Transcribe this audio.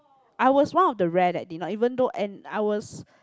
I was one of the rare that did not even though and I was